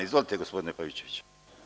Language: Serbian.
Izvolite gospodine Pavićeviću.